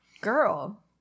girl